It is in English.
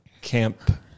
camp